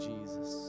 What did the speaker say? Jesus